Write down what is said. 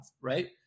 Right